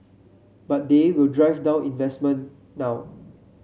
but they will drive down investment now